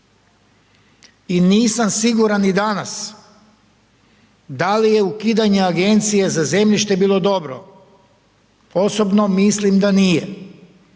i nisam siguran ni danas da li je ukidanje Agencije za zemljište bilo dobro. Osobno mislim da nije.